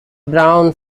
brown